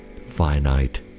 finite